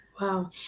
Wow